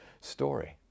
story